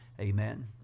Amen